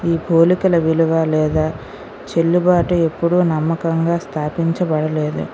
ఈ పోలికల విలువ లేదా చెల్లుబాటు ఎప్పుడూ నమ్మకంగా స్థాపించబడలేదు